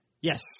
Yes